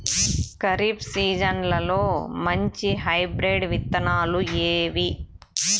ఖరీఫ్ సీజన్లలో మంచి హైబ్రిడ్ విత్తనాలు ఏవి